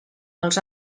els